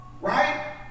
Right